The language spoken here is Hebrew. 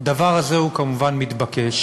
הדבר הזה הוא כמובן מתבקש.